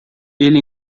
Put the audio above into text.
ele